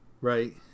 Right